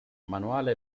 manuale